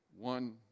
one